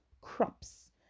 crops